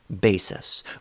basis